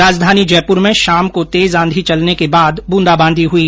राजधानी जयपुर में शाम को तेज आंधी चलने के बाद ब्रंदाबांदी हुई